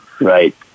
Right